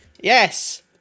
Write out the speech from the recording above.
Yes